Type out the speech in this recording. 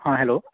हां हॅलो